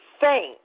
saint